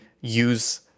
use